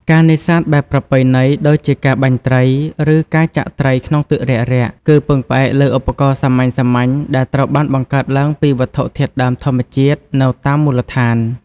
ការនេសាទបែបប្រពៃណីដូចជាការបាញ់ត្រី ឬការចាក់ត្រីក្នុងទឹករាក់ៗ គឺពឹងផ្អែកលើឧបករណ៍សាមញ្ញៗដែលត្រូវបានបង្កើតឡើងពីវត្ថុធាតុដើមធម្មជាតិនៅតាមមូលដ្ឋាន។